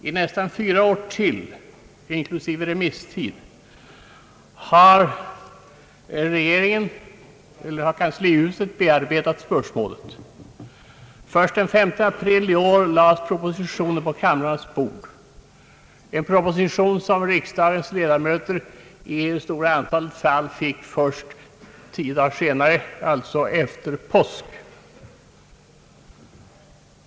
I nästan ytterligare fyra år, inklusive remisstid, har kanslihuset bearbetat spörsmålet. Först den 5 april i år lades propositionen på kamrarnas bord, en proposition som riksdagens ledamöter i det stora antalet fall fick först tio dagar senare, alltså efter påsk.